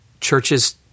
churches